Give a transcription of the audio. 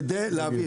יהיו מעשים